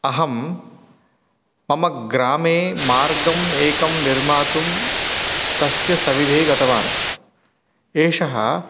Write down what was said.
अहं मम ग्रामे मार्गम् एकं निर्मातुं तस्य सविधे गतवान् एषः